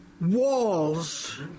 walls